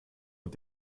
und